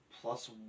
plus